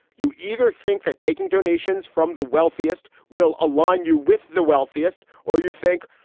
you either think that taking donations from the wealthiest will align you with the wealthiest or you think,